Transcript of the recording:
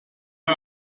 her